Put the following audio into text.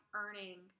earning